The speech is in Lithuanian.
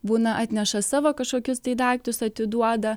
būna atneša savo kažkokius tai daiktus atiduoda